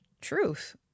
truth